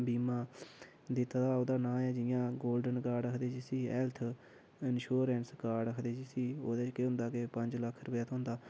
बीमा दित्ते दा ओह्दा नांऽ ऐ जि'यां गोल्डन कार्ड आखदे जिसी हैल्थ इंशोरैंस कार्ड आखदे जिसी ओह्दे च केह् होंदा के पंञ लक्ख रपेआ थ्होंदा